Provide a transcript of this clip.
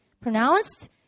pronounced